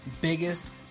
biggest